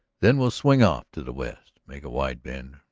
then we'll swing off to the west, make a wide bend,